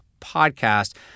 podcast